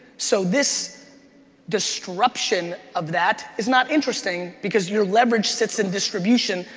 so this disruption of that is not interesting because your leverage sits in distribution.